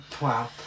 wow